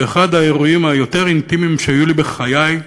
באחד האירועים היותר-אינטימיים שהיו לי בחיי,